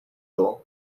door